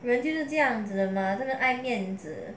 人就是这样子的吗这么爱面子